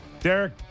Derek